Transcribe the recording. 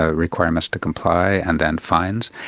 ah requirements to comply and then fines.